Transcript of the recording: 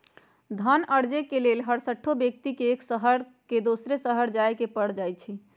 धन अरजे के लेल हरसठ्हो व्यक्ति के एक दोसर के शहरमें जाय के पर जाइ छइ